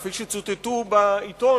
כפי שצוטטו בעיתון,